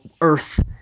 earth